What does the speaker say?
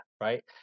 right